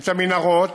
את המנהרות,